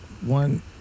one